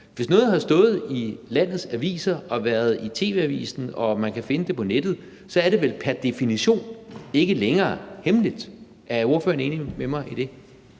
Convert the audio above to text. Hvis noget har stået i landets aviser og været i tv-avisen og man kan finde det på nettet, er det vel pr. definition ikke længere hemmeligt. Er ordføreren enig med mig i det?